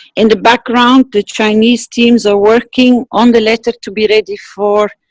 in the background. the chinese teams are working on the letter to be ready for.